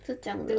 是这样的